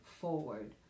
forward